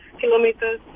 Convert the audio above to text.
kilometers